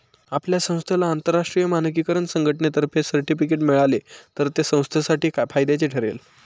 आपल्या संस्थेला आंतरराष्ट्रीय मानकीकरण संघटनेतर्फे सर्टिफिकेट मिळाले तर ते संस्थेसाठी फायद्याचे ठरेल